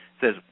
says